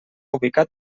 ubicat